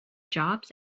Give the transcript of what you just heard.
jobs